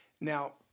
Now